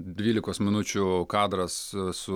dvylikos minučių kadras su